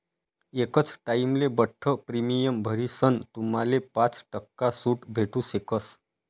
एकच टाइमले बठ्ठ प्रीमियम भरीसन तुम्हाले पाच टक्का सूट भेटू शकस